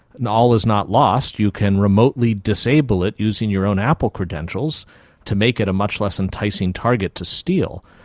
and all is not lost, you can remotely disable it using your own apple credentials to make it a much less enticing target to steal.